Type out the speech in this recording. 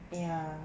ya